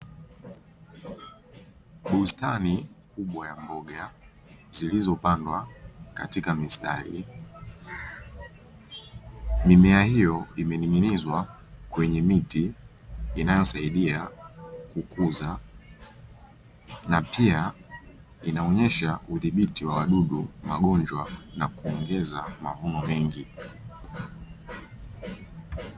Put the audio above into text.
Bustani kubwa ya mboga, zilizopandwa katika mistari. Mimea hiyo imening'inizwa kwenye miti inayosaidia kukuza na pia inaonesha udhibiti wa wadudu, magonjwa na kuongeza mavuno mengi.